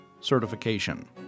certification